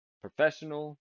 professional